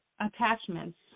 attachments